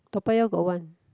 Toa-Payoh got one